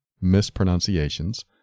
mispronunciations